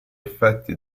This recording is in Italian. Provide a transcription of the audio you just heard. effetti